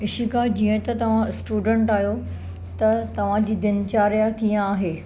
इशिका जीअं त तव्हां स्टूडैंट आहियो त तव्हांजी दिनचर्या कीअं आहे